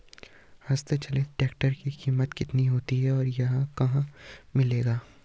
हस्त चलित ट्रैक्टर की कीमत कितनी होगी और यह कहाँ मिलेगा?